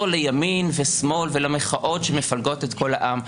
לימין או לשמאל ולמחאות שמפלגות את כל העם.